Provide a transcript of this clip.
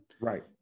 Right